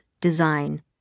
design